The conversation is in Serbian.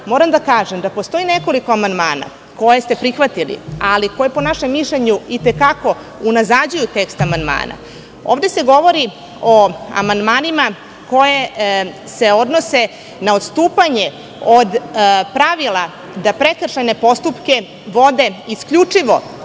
moram da kažem da postoji nekoliko amandmana koje ste prihvatili, ali koji, po našem mišljenju, unazađuju tekst amandmana. Ovde se govori o amandmanima koji se odnose na odstupanje od pravila da prekršajne postupke vode isključivo